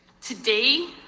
Today